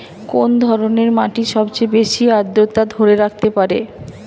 কোন ধরনের মাটি সবচেয়ে বেশি আর্দ্রতা ধরে রাখতে পারে?